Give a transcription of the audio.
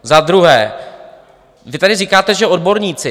Za druhé, vy tady říkáte, že odborníci.